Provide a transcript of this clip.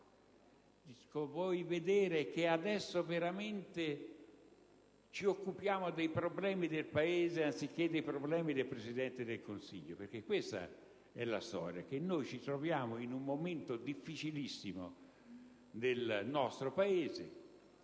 vuoi vedere che adesso veramente ci occupiamo dei problemi del Paese anziché dei problemi del Presidente del Consiglio? Perché questa è la storia. Noi ci troviamo in un momento difficilissimo del nostro Paese,